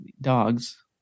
dogs